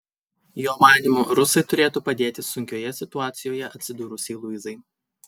jo manymu rusai turėtų padėti sunkioje situacijoje atsidūrusiai luizai